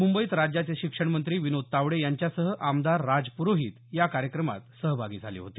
मुंबईत राज्याचे शिक्षणमंत्री विनोद तावडे यांच्यासह आमदार राज पुरोहित या कार्यक्रमात सहभागी झाले होते